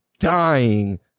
dying